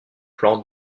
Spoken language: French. plan